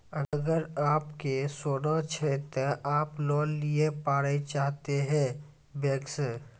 अगर आप के सोना छै ते आप लोन लिए पारे चाहते हैं बैंक से?